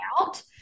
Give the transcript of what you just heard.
out